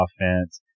offense